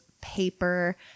paper